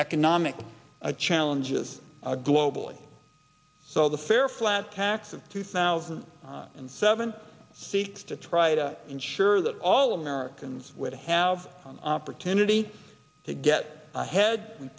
economic a challenges globally so the fair flat tax of two thousand and seven states to try to ensure that all americans would have an opportunity to get ahead and